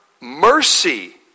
mercy